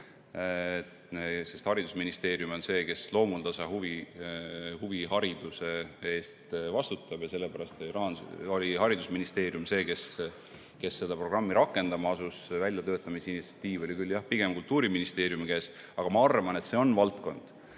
Haridusministeerium on see, kes loomuldasa huvihariduse eest vastutab, ja sellepärast oli haridusministeerium see, kes seda programmi rakendama asus. Väljatöötamise initsiatiiv oli küll jah pigem Kultuuriministeeriumi käes. Aga ma arvan, et see on valdkond,